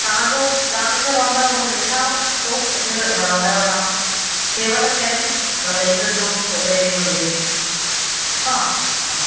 तव्हांजो तव्हां किथे रहंदा आहियो ऊहो मूंखे लिखायो पतो किथे रहंदा आहियो तव्हां थियेव त कैश इ मतिलबु ॾई छॾिजो छोकिरे खे मुंहिंजे ठीकु आहे हा